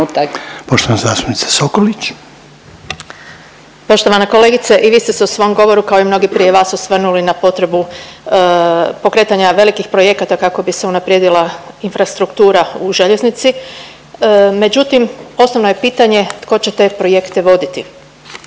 Poštovana zastupnica Sokolić.